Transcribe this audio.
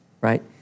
right